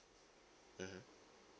mmhmm